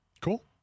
Cool